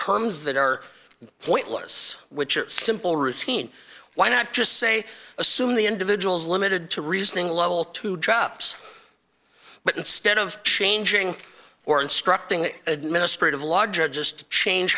terms that are pointless which are simple routine why not just say assume the individuals limited to reasoning level two drops but instead of changing or instructing administrative law judge just change